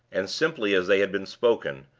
and simply as they had been spoken,